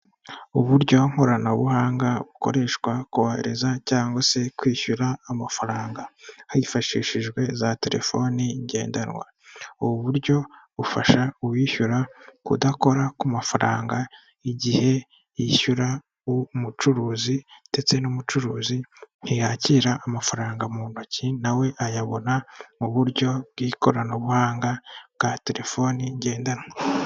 Uburyo nkoranabuhanga bukoreshwa kohereza cyangwa se kwishyura amafaranga hifashishijwe za telefoni ngendanwa, ubu buryo bufasha uwishyura kudakora ku mafaranga igihe yishyura umucuruzi, ndetse n'umucuruzi ntiyakira amafaranga mu ntoki nawe ayabona mu buryo bw'ikoranabuhanga, bwa terefoni ngendanwa.